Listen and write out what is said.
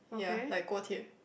ya like 锅贴:guo-tie